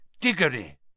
Diggory